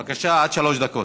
בבקשה, עד שלוש דקות.